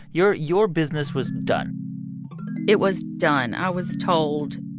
your your business was done it was done. i was told,